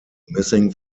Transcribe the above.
missing